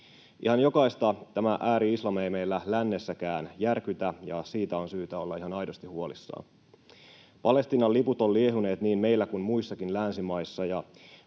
Ihan jokaista tämä ääri-islam ei meillä lännessäkään järkytä, ja siitä on syytä olla ihan aidosti huolissaan. Palestiinan liput ovat liehuneet niin meillä kuin muissakin länsimaissa, ja